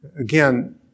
Again